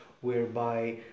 whereby